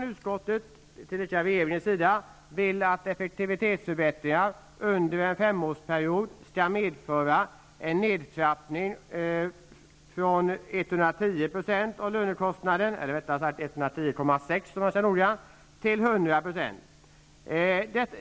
Utskottet och regeringen vill också ha effektivitetsförbättringar, som under en femårsperiod skall medföra en nedtrappning av statens ersättning från 110,6 % av lönekostnaden till 100 %.